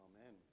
Amen